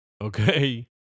Okay